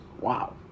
Wow